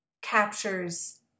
captures